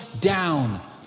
down